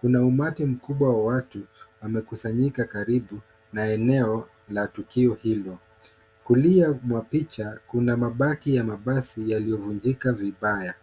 Kuna umati mkubwa wa watu wamekusanyika karibu na eneo la tukio hilo. Kulia mwa picha kuna mabaki ya mabasi yaliyovunjika vibaya.